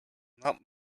not